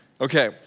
Okay